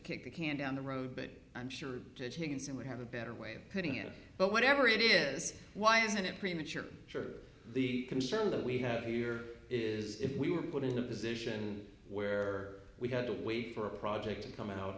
kick the can down the road but i'm sure the consumer have a better way of putting it but whatever it is why isn't it premature true the concern that we have here is if we were put in a position where we had to wait for a project to come out